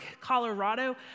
Colorado